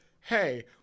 hey